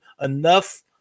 enough